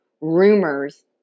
rumors